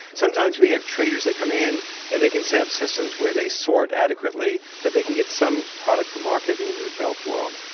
sometimes we have traders that come in and they can set up systems where they sort adequately, that they can get some product to market in the developed world,